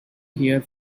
here